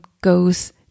goes